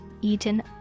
eaten